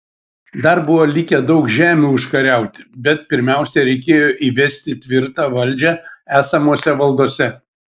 dar buvo likę daug žemių užkariauti bet pirmiausia reikėjo įvesti tvirtą valdžią esamose valdose